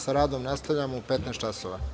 Sa radom nastavljamo u 15.00 časova.